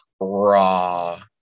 raw